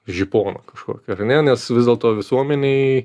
žiponą kažkokį ar ne nes vis dėlto visuomenei